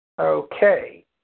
Okay